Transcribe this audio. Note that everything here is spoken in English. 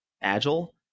Agile